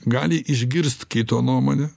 gali išgirst kito nuomonę